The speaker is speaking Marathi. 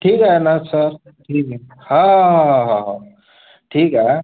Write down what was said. ठीक आहे ना सर ठीक आहे हां हां हां हां हां ठीक आहे